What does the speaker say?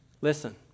Listen